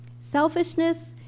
Selfishness